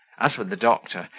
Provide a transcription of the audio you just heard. as for the doctor,